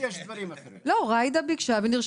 אני רוצה להתייחס לנושא דווקא מההיבט של שכר המינימום.